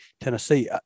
Tennessee